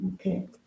okay